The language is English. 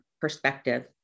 perspective